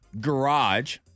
garage